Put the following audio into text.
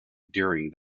during